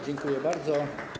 Dziękuję bardzo.